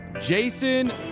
Jason